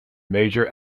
major